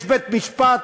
יש בית-משפט,